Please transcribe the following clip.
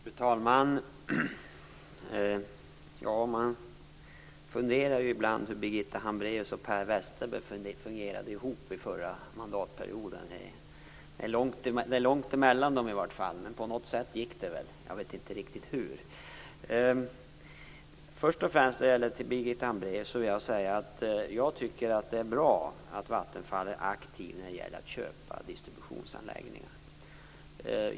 Fru talman! Jag funderar ibland över hur Birgitta Hambraeus och Per Westerberg fungerade ihop under förra mandatperioden. I varje fall är det långt mellan dem men på något sätt gick det väl; hur vet jag inte riktigt. Birgitta Hambraeus, jag tycker att det är bra att man på Vattenfall är aktivt när det gäller att köpa distributionsanläggningar.